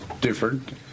different